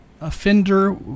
offender